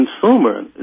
consumer